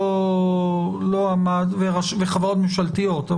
וחברות ממשלתיות.